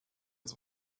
ins